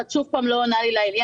את שוב פעם לא עונה לי לעניין.